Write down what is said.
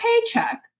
paycheck